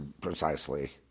precisely